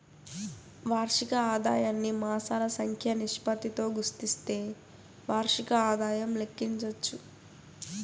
వార్షిక ఆదాయాన్ని మాసాల సంఖ్య నిష్పత్తితో గుస్తిస్తే వార్షిక ఆదాయం లెక్కించచ్చు